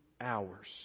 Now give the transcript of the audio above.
hours